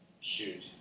shoot